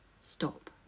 stop